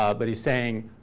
um but he's saying,